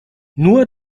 nur